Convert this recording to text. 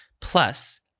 Plus